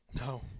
No